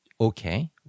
okay